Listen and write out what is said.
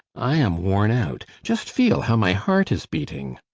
i am worn out. just feel how my heart is beating.